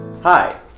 Hi